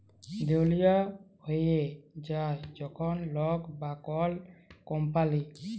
দেউলিয়া হঁয়ে যায় যখল লক বা কল কম্পালি